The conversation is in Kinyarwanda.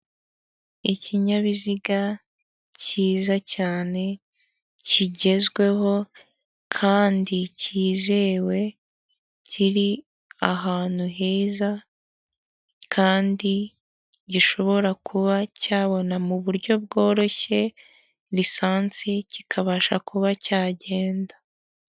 Ikinyabiziga cyiza cyane kigezweho kandi cyizewe kiri ahantu heza kandi gishobora kuba cyabona mu buryo bworoshye lisansi kikabasha kuba cyagenda.